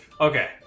Okay